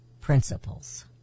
principles